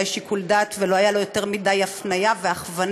שיקול דעת ולא היו לו יותר מדי הפניה והכוונה.